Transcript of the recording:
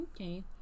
Okay